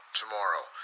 tomorrow